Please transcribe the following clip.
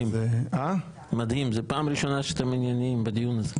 כי בעצם כל החשמל נמצא בכל הפנים וגם בהגנת הסביבה של מדינת ישראל.